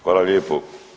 Hvala lijepo.